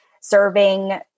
serving